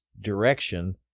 direction